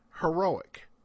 Heroic